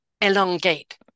elongate